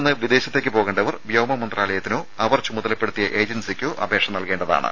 ഇന്ത്യയിൽ നിന്ന് വിദേശത്തേക്ക് പോകേണ്ടവർ വ്യോമമന്ത്രാലയത്തിനോ അവർ ചുമതലപ്പെടുത്തിയ ഏജൻസിക്കോ അപേക്ഷ നൽകേണ്ടതാണ്